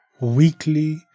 weekly